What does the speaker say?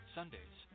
Sundays